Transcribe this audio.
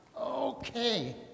Okay